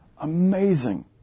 Amazing